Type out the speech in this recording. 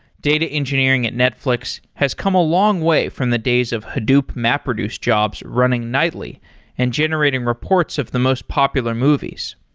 data engineering at netflix has come a long way from the days of hadoop mapreduce jobs running nightly and generating reports of the most popular movies.